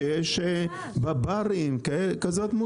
שיש בברים מוזיקה כזאת.